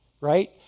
Right